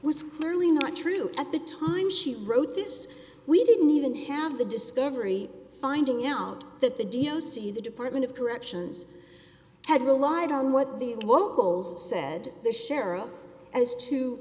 clearly not true at the time she wrote this we didn't even have the discovery finding out that the d o c the department of corrections had relied on what the locals said there cheryl as to